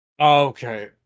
okay